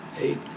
eight